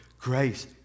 grace